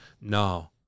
no